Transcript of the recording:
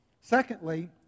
Secondly